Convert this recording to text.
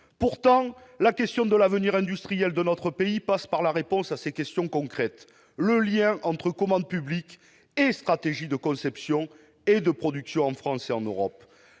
réponse à la question de l'avenir industriel de notre pays passe par le traitement de ces questions concrètes, celles du lien entre commande publique et stratégies de conception et de production en France et en Europe.